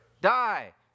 die